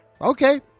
okay